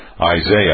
Isaiah